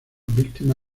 víctima